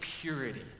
purity